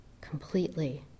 completely